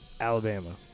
Alabama